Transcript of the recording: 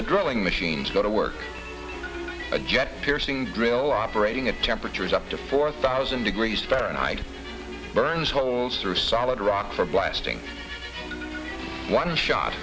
the growing machines go to work a jet piercing drill operating at temperatures up to four thousand degrees fahrenheit burns holes through solid rock for blasting one shot